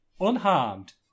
unharmed